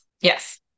Yes